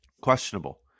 Questionable